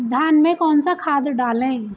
धान में कौन सा खाद डालें?